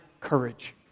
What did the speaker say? courage